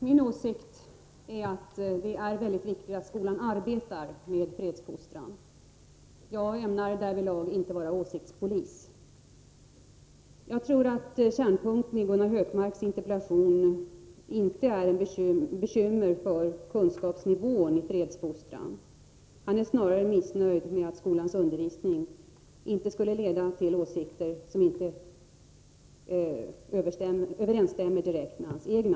Herr talman! Min åsikt är att det är viktigt att skolan arbetar med fredsfostran. Jag ämnar därvidlag inte vara någon åsiktspolis. Jag tror att kärnpunkten i Gunnar Hökmarks interpellation inte är bekymmer för kunskapsnivån i fredsfostran. Gunnar Hökmark är nog snarare missnöjd med att skolans undervisning skulle leda till åsikter som inte direkt överensstämmer med hans egna.